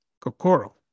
kokoro